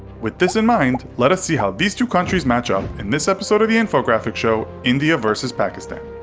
with this in mind, let us see how these two countries matchup in this episode of the infographics show, india vs. pakistan.